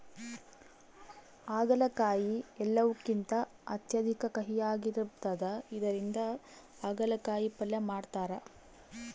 ಆಗಲಕಾಯಿ ಎಲ್ಲವುಕಿಂತ ಅತ್ಯಧಿಕ ಕಹಿಯಾಗಿರ್ತದ ಇದರಿಂದ ಅಗಲಕಾಯಿ ಪಲ್ಯ ಮಾಡತಾರ